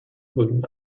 gründen